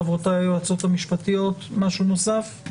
חברותיי, היועצות המשפטיות, משהו נוסף?